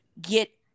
get